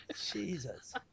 Jesus